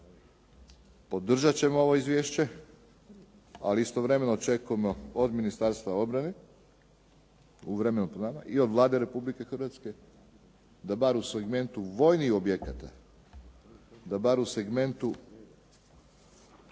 podržati ćemo ovo izvješće ali istovremeno očekujemo od Ministarstva obrane u vremenu pred nama i od Vlade Republike Hrvatske da bar u segmentu vojnih objekata, da bar u segmentu